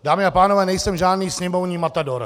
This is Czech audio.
Dámy a pánové, nejsem žádný sněmovní matador.